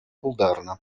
пултарнӑ